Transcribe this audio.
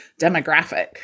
demographic